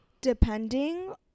Depending